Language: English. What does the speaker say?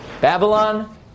Babylon